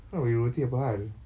kau nak beli roti apa hal